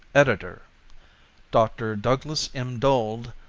editor dr. douglas m. dold,